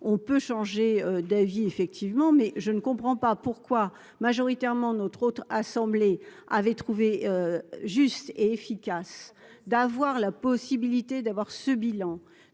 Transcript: on peut changer d'avis, effectivement, mais je ne comprends pas pourquoi majoritairement notre haute assemblée avait trouvé juste et efficace d'avoir la possibilité d'avoir ce bilan